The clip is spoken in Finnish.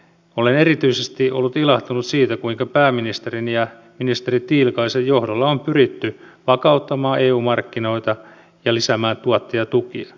olen erityisesti ollut ilahtunut siitä kuinka pääministerin ja ministeri tiilikaisen johdolla on pyritty vakauttamaan eu markkinoita ja lisäämään tuottajatukia